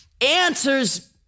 answers